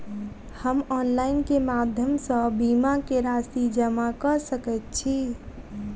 हम ऑनलाइन केँ माध्यम सँ बीमा केँ राशि जमा कऽ सकैत छी?